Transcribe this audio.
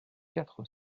quatre